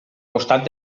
costat